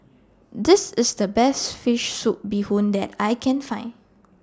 This IS The Best Fish Soup Bee Hoon that I Can Find